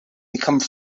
become